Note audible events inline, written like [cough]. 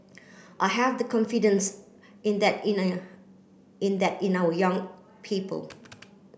I have the confidence in that in [unintelligible] in that in our young people